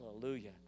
Hallelujah